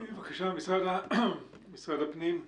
נציגת משרד הפנים,